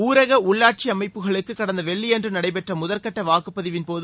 ஊரக உள்ளாட்சி அமைப்புகளுக்கு கடந்த வெள்ளியன்று நடைபெற்ற முதற்கட்ட வாக்குப்பதிவின் போது